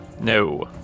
No